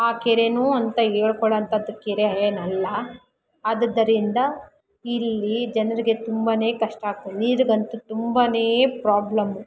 ಆ ಕೆರೆನೂ ಅಂತ ಹೇಳ್ಕೊಳ್ಳೋ ಅಂಥದ್ದು ಕೆರೆ ಏನಲ್ಲ ಆದುದರಿಂದ ಇಲ್ಲಿ ಜನರಿಗೆ ತುಂಬಾ ಕಷ್ಟ ಆಗ್ತಿದೆ ನೀರಿಗಂತು ತುಂಬಾ ಪ್ರಾಬ್ಲಮ್ಮು